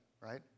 right